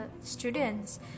students